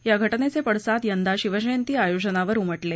या घटनेचे पडसाद यंदा शिवजंयती आयोजनावर उमटले